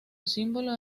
símbolo